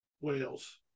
Wales